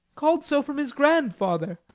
call'd so from his grandfather.